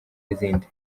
n’izindi